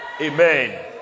Amen